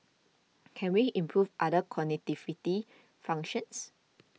can we improve other cognitive functions